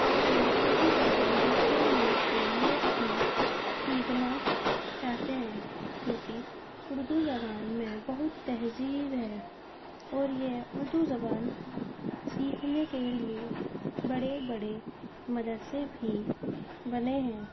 اور یہ اردو زبان دوسرے ملک کے لوگ بھی سیکھنا چاہتے ہیں کیونکہ اردو زبان میں بہت تہذیب ہے اور یہ اردو زبان سیکھنے کے لیے بڑے بڑے مدرسے بھی بنے ہیں